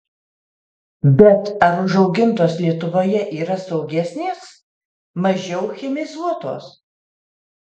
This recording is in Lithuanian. bet ar užaugintos lietuvoje yra saugesnės mažiau chemizuotos